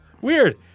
weird